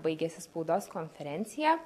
baigėsi spaudos konferencija